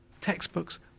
textbooks